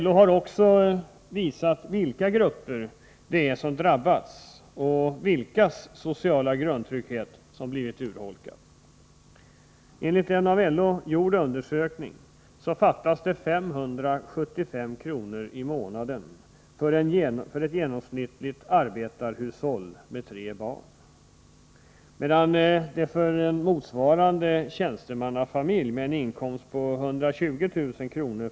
LO har också visat vilka grupper det är som har drabbats och vilkas sociala grundtrygghet som har blivit urholkad. Enligt en av LO gjord undersökning fattas 575 kr. i månaden för ett genomsnittligt arbetarhushåll med tre barn, medan det för en motsvarande tjänstemannafamilj med en inkomst på 120 000 kr.